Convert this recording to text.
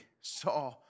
saw